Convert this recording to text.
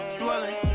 dwelling